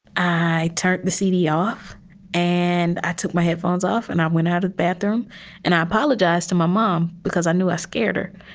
i turned the c d. off and i took my headphones off and i went out of the bathroom and i apologize to my mom because i knew i scared her.